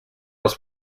los